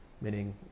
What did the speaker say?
Meaning